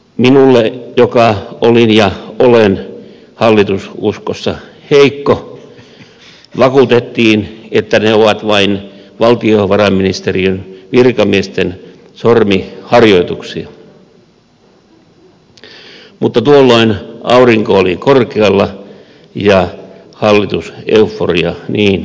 minulle joka olin ja olen hallitususkossa heikko vakuutettiin että ne ovat vain valtiovarainministeriön virkamiesten sormiharjoituksia mutta tuolloin aurinko oli korkealla ja hallituseuforia niin ikään